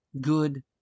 good